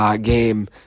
game